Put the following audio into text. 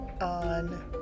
on